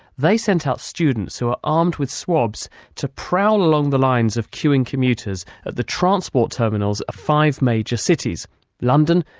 they sent out students who were armed with swabs to prowl along the lines of queuing commuters at the transport terminals of five major cities london,